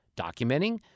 documenting